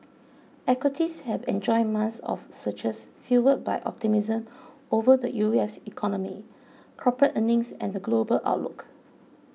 equities have enjoyed months of surges fuelled by optimism over the U S economy corporate earnings and the global outlook